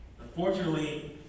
unfortunately